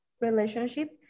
relationship